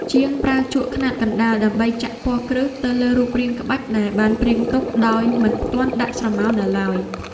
ជាងប្រើជក់ខ្នាតកណ្ដាលដើម្បីចាក់ពណ៌គ្រឹះទៅលើរូបរាងក្បាច់ដែលបានព្រាងទុកដោយមិនទាន់ដាក់ស្រមោលនៅឡើយ។